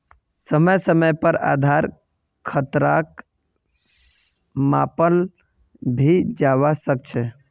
समय समय पर आधार खतराक मापाल भी जवा सक छे